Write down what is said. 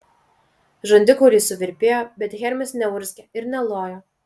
žandikauliai suvirpėjo bet hermis neurzgė ir nelojo